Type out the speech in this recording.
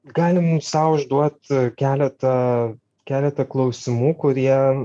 galim sau užduot keletą keletą klausimų kurie